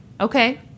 okay